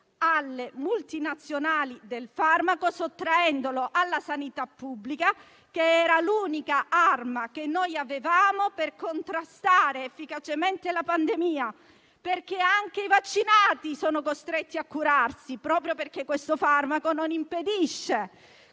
alle multinazionali del farmaco, sottraendola alla sanità pubblica, che era l'unica arma che avevamo per contrastare efficacemente la pandemia. Anche i vaccinati sono costretti a curarsi, proprio perché questo farmaco comunque non impedisce